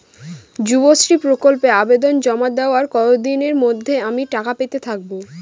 যুবশ্রী প্রকল্পে আবেদন জমা দেওয়ার কতদিনের মধ্যে আমি টাকা পেতে থাকব?